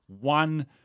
one